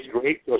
great